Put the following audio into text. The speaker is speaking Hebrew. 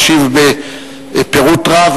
משיב בפירוט רב,